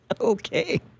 Okay